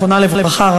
זיכרונה לברכה,